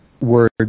word